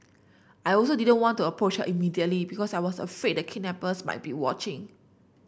I also didn't want to approach her immediately because I was afraid the kidnappers might be watching